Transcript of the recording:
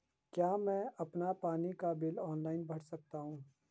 क्या मैं अपना पानी का बिल ऑनलाइन भर सकता हूँ?